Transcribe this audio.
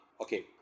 okay